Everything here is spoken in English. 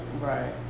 Right